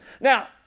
Now